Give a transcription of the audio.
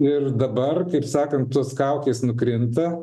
ir dabar kaip sakant tos kaukės nukrinta